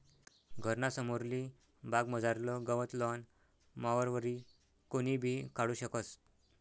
घरना समोरली बागमझारलं गवत लॉन मॉवरवरी कोणीबी काढू शकस